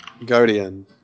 guardian